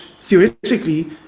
theoretically